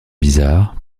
bizarres